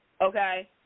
okay